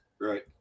Right